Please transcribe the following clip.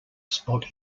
spot